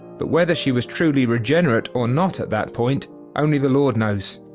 but whether she was truly regenerate, or not, at that point only the lord knows.